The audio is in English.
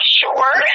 sure